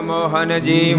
Mohanaji